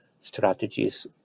strategies